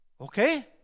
Okay